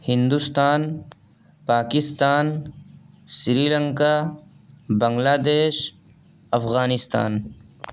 Hindustan Pakistan Sri Lanka Bangladesh Afghanistan